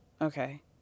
Okay